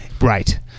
Right